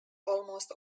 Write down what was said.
almost